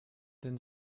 denn